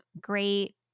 great